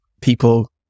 People